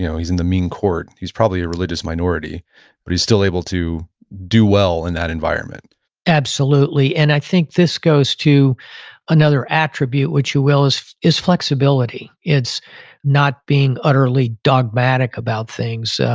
yeah he's in the ming court. he's probably a religious minority but he's still able to do well in that environment absolutely, and i think this goes to another attribute, which you will, it's flexibility. it's not being utterly dogmatic about things.